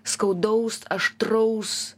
skaudaus aštraus